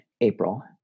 April